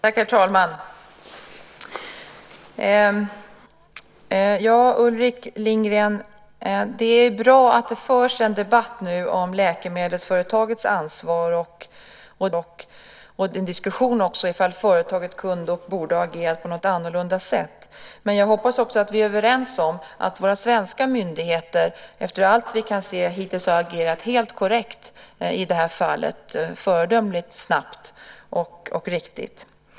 Herr talman! Det är bra, Ulrik Lindgren, att det nu förs en debatt om läkemedelsföretagets ansvar och en diskussion om företaget kunde och borde ha agerat på ett annorlunda sätt. Men jag hoppas också att vi är överens om att våra svenska myndigheter, efter vad vi har kunnat se hittills, i det här fallet har agerat helt korrekt, föredömligt snabbt och riktigt.